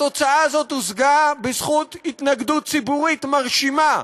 התוצאה הזאת הושגה בזכות התנגדות ציבורית מרשימה,